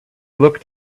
looked